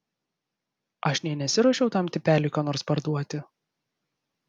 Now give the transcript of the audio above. aš nė nesiruošiau tam tipeliui ką nors parduoti